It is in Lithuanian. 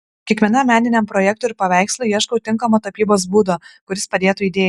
kiekvienam meniniam projektui ir paveikslui ieškau tinkamo tapybos būdo kuris padėtų idėjai